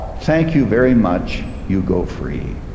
thank you very much. you go free.